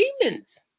demons